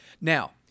Now